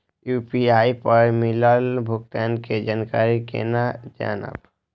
UPI पर मिलल भुगतान के जानकारी केना जानब?